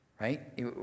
right